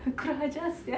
kurang ajar sia